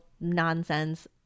nonsense